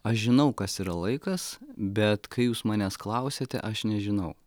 aš žinau kas yra laikas bet kai jūs manęs klausiate aš nežinau